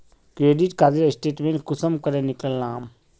Credit कार्डेर statement कुंसम करे निकलाम?